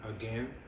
again